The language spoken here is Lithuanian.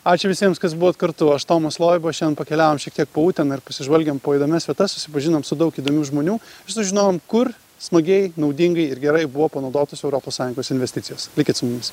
ačiū visiems kas buvot kartu aš tomas loiba šian pakeliavom šiek tiek po uteną ir pasižvalgėm po įdomias vietas susipažinom su daug įdomių žmonių ir sužinojom kur smagiai naudingai ir gerai buvo panaudotos europos sąjungos investicijos likit su mumis